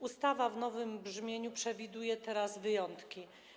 Ustawa w nowym brzmieniu przewiduje teraz wyjątki.